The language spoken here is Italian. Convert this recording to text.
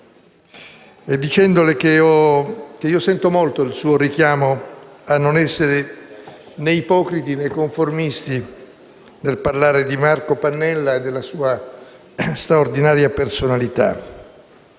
e dicendo che sento molto il suo richiamo a non essere né ipocriti né conformisti nel parlare di Marco Pannella e della sua straordinaria personalità.